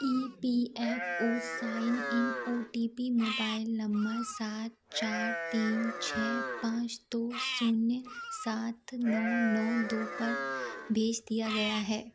E P F O sign in O T P mobile number सात चार तीन छः पाँच दो शून्य सात नौ नौ दो पर भेज दिया गया है